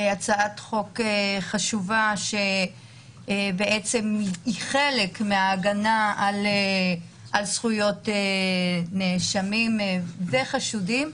זאת הצעת חוק חשובה שהיא בעצם חלק מההגנה על זכויות נאשמים וחשודים.